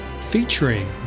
featuring